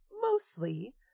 mostly